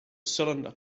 cylinder